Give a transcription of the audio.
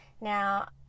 now